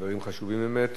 דברים חשובים באמת.